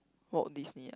Walt-Disney ah